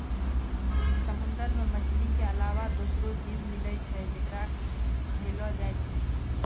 समुंदर मे मछली के अलावा दोसरो जीव मिलै छै जेकरा खयलो जाय छै